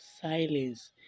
silence